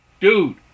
Dude